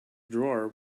drawer